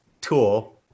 tool